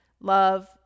love